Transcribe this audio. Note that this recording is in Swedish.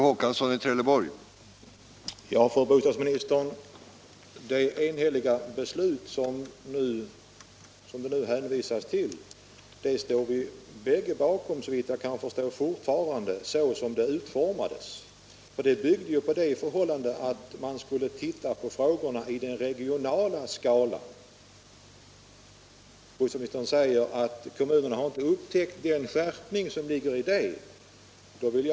Herr talman! Det enhälliga beslut som fru bostadsministern nu hänvisar till står vi, såvitt jag förstår, bägge fortfarande bakom såsom det är utformat. Det byggde på den förutsättningen att man skulle studera frågorna i regional skala. Bostadsministern säger att kommunerna inte har upptäckt den skärpning som ligger i detta uttalande.